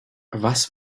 was